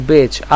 Bitch